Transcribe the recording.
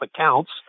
accounts